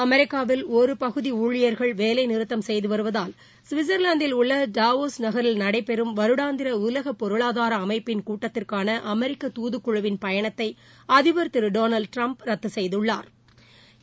அமெிக்காவில் ஒரு பகுதி ஊழியாகள் வேலைநிறுத்தம் செய்து வருவதால் சுவிட்சா்வாந்தில் உள்ள டாவோஸ் நகரில் நடைபெறும் வருடாந்திர உலக பொருளாதார அமைப்பின் கூட்டத்திற்கான அமெரிக்க துதுக்குழுவின் பயணத்தை அதிபா் திரு டொனால்டு ட்டிரம்ப் ரத்து செய்துள்ளாா்